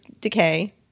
Decay